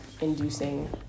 inducing